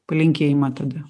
palinkėjimą tada